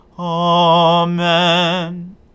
Amen